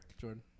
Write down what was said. Jordan